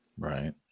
Right